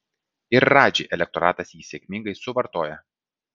ir radži elektoratas jį sėkmingai suvartoja